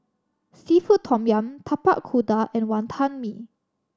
seafood tom yum Tapak Kuda and Wantan Mee